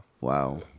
Wow